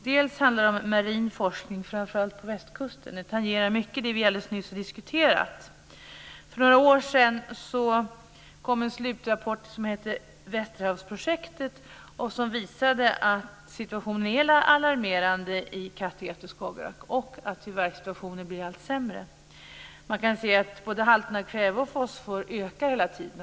Dels handlar det om marin forskning framför allt på västkusten. Det tangerar mycket det som vi alldeles nyss har diskuterat. För några år sedan kom en slutrapport som heter Västerhavsprojektet, som visade att situationen är alarmerande i Kattegatt och Skagerrak och att situationen tyvärr blir allt sämre. Man kan se att halten av både kväve och fosfor ökar hela tiden.